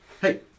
hey